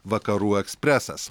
vakarų ekspresas